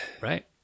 Right